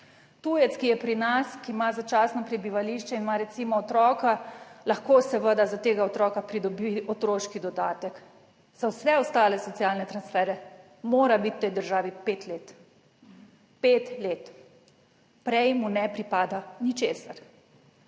Tujec, ki je pri nas, ki ima začasno prebivališče, ima recimo otroka, lahko seveda za tega otroka pridobi otroški dodatek, za vse ostale socialne transfere mora biti v tej državi pet let. Pet let. Prej mu ne pripada ničesar.